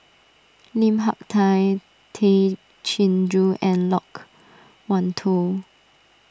Lim Hak Tai Tay Chin Joo and Loke Wan Tho